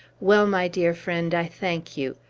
well, my dear friend, i thank you.